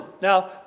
Now